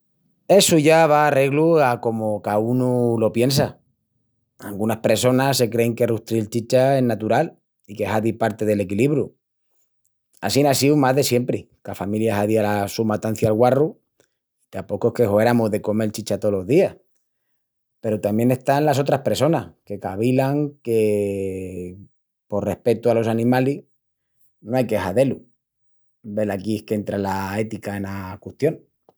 Essu ya va arreglu a comu cáunu lo piensa. Angunas pressonas se crein que rustril chicha es natural, i que hazi parti del equilibru. Assín á siu más de siempri, ca familia hazía la su matancia'l guarru i tapocu es que hueramus de comel chicha tolos días. Peru tamién están las otras pressonas, que cavilan que, por respetu alos animalis, no ai que hazé-lu. Velaquí es qu'entra la ética ena custión.